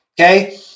okay